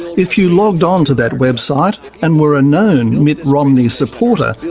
if you logged onto that website and were a known mitt romney supporter,